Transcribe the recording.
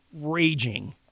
raging